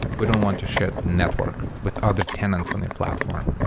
we don't want to share network with other tenants on your platform.